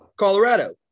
Colorado